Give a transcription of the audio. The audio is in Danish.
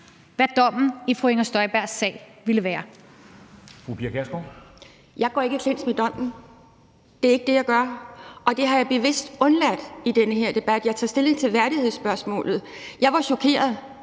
Kl. 16:32 Pia Kjærsgaard (DF): Jeg går ikke i clinch med dommen. Det er ikke det, jeg gør, og det har jeg bevidst undladt i den her debat. Jeg tager stilling til værdighedsspørgsmålet, og jeg var chokeret,